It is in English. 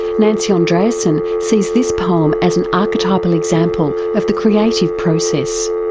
nancy andreasen sees this poem as an archetypal example of the creative process.